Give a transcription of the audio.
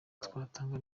twatanga